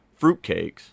fruitcakes